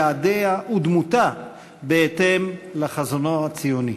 יעדיה ודמותה בהתאם לחזונו הציוני".